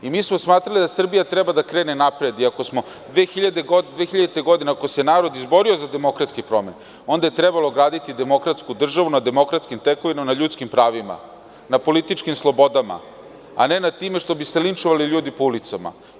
Mi smo smatrali da Srbija treba da krene napred, iako smo 2000. godine, ako se narod izborio za demokratske promene, onda je trebalo graditi demokratsku državu na demokratskim tekovinama, na ljudskim pravima, na političkim slobodama, a ne nad time što bi se linčovali ljudi po ulicama.